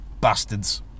bastards